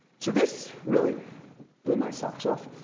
so, this really blew my socks off.